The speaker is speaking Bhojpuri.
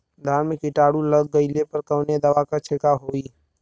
धान में कीटाणु लग गईले पर कवने दवा क छिड़काव होई?